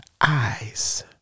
eyes